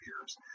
years